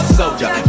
soldier